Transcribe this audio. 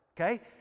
okay